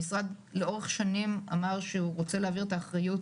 המשרד לאורך שנים אמר שהוא רוצה להעביר את האחריות